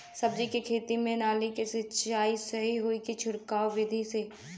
सब्जी के खेती में नाली से सिचाई सही होई या छिड़काव बिधि से?